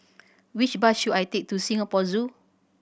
which bus should I take to Singapore Zoo